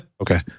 okay